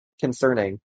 Concerning